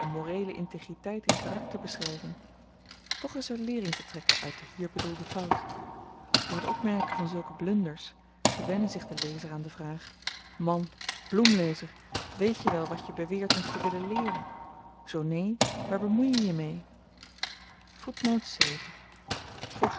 moreele integriteit in karakterbeschryving toch is er leering te trekken uit de hier bedoelde fout door t opmerken van zulke blunders gewenne zich de lezer aan de vraag man bloemlezer weet je wel wat je beweert ons te willen leeren zoo neen waar bemoei je je mee